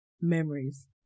Memories